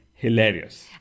Hilarious